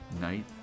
night